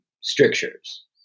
strictures